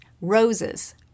Roses